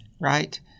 right